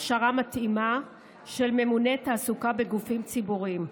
הכשרה מתאימה של ממונה תעסוקה בגופים ציבוריים)